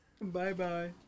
Bye-bye